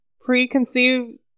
preconceived